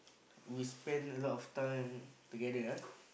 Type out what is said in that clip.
we spend a lot of time together ah